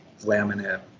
laminate